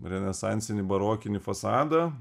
renesansinį barokinį fasadą